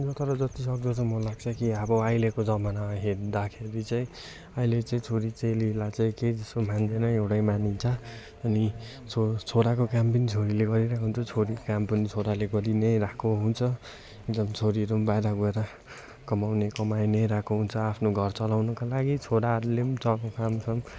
तर जतिसक्दो मलाई लाग्छ कि अब अहिलेको जमानामा हेर्दाखेरि चाहिँ अहिले चाहिँ छोरी चेलीलाई चाहिँ केही जस्तो मान्दैन एउटै मानिन्छ अनि छो छोराको काम पनि छोरीले गरिरहेको हुन्छ छोरीको काम पनि छोराले गरी नै रहेको हुन्छ झन् छोरीहरू पनि बाहिर गएर कमाउने कमाई नै रहेको हुन्छ आफ्नो घर चलाउनुको लागि छोराहरूले पनि जब काम साम